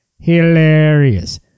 hilarious